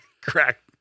Correct